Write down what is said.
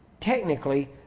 technically